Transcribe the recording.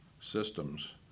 systems